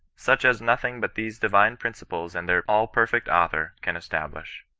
such as nothing but these divine principles and their all perfect author can establish.